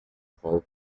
alcohol